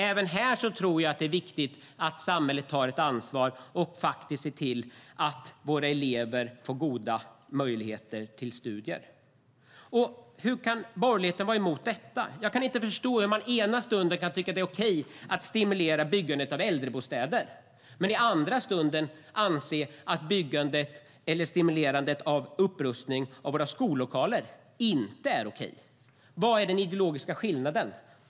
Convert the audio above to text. Även här tror jag att det är viktigt att samhället tar ett ansvar och ser till att våra elever får goda möjligheter till studier. Hur kan borgerligheten vara emot detta? Jag kan inte förstå hur man ena stunden kan tycka att det är okej att stimulera byggandet av äldrebostäder men i andra stunden anse att stimulerande av upprustning av våra skollokaler inte är okej. Vad är den ideologiska skillnaden?